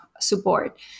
support